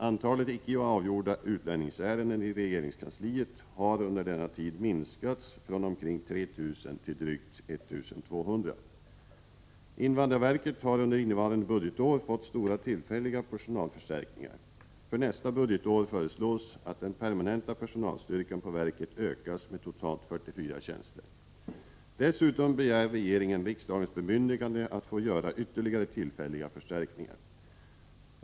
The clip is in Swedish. Antalet icke avgjorda utlänningsärenden i regeringskansliet har under denna tid minskats från omkring 3 000 till drygt 1 200. Invandrarverket har under innevarande budgetår fått stora tillfälliga personalförstärkningar. För nästa budgetår föreslås att den permanenta personalstyrkan på verket ökas med totalt 44 tjänster. Dessutom begär regeringen riksdagens bemyndigande att få göra ytterligare tillfälliga förstärkningar.